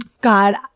god